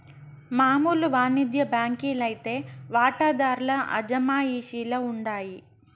మామూలు వానిజ్య బాంకీ లైతే వాటాదార్ల అజమాయిషీల ఉండాయి